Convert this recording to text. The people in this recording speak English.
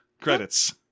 Credits